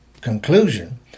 conclusion